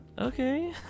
okay